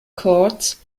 courts